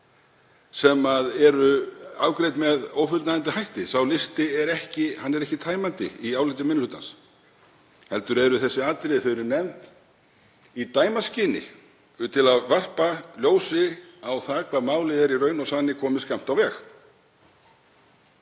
sem eru afgreidd með ófullnægjandi hætti. Sá listi er ekki tæmandi í áliti minni hlutans heldur eru þessi atriði nefnd í dæmaskyni til að varpa ljósi á það hvað málið er í raun og sanni komið skammt á veg.